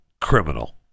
criminal